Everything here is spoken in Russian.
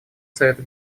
совета